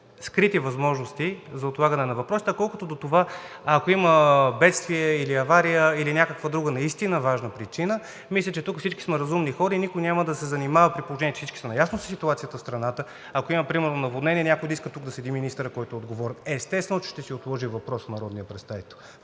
скрити възможности за отлагане на въпросите. Колкото до това, ако има бедствие, авария или някаква друга наистина важна причина. Мисля, че тук всички сме разумни хора и никой няма да се занимава, при положение че всички са наясно със ситуацията в страната, ако има примерно наводнение, някой да иска тук да седи министърът, който е отговорен. Естествено че народният представител